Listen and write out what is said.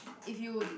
if you